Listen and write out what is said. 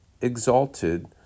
exalted